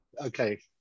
Okay